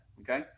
Okay